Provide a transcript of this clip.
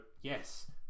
yes